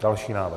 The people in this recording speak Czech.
Další návrh.